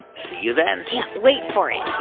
see you then can't wait for it